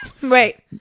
Wait